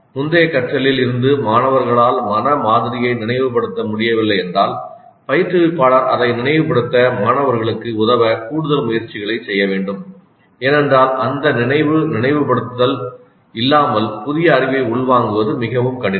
முந்தைய கற்றலில் இருந்து மாணவர்களால் மன மாதிரியை நினைவுபடுத்த முடியவில்லை என்றால் பயிற்றுவிப்பாளர் அதை நினைவுபடுத்த மாணவர்களுக்கு உதவ கூடுதல் முயற்சிகளைச் செய்ய வேண்டும் ஏனெனில் அந்த நினைவுநினைவுபடுத்துதல் இல்லாமல் புதிய அறிவை உள் வாங்குவது மிகவும் கடினம்